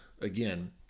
again